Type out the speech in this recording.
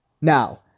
Now